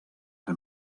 que